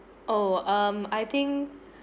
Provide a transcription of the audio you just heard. oh um I think